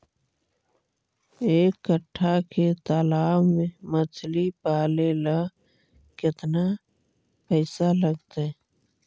एक कट्ठा के तालाब में मछली पाले ल केतना पैसा लगतै?